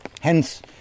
hence